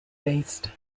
based